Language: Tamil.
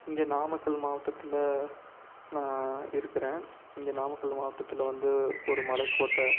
இங்கே நாமக்கல் மாவட்டத்தில் நான் இருக்கிறேன் இங்கே நாமக்கல் மாவட்டத்தில் வந்து ஒரு மலைக்கோட்டை